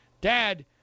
Dad